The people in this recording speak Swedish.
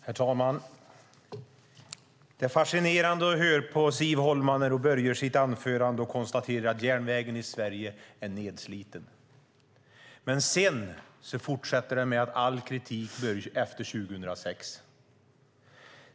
Herr talman! Det är fascinerande att höra Siv Holma börja sitt anförande med att konstatera att järnvägen i Sverige är nedsliten. Sedan fortsätter det med att all kritik började efter 2006.